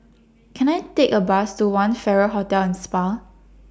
Can I Take A Bus to one Farrer Hotel and Spa